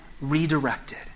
redirected